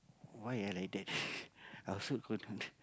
why ah like that I also don't under~